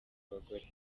abagore